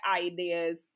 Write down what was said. ideas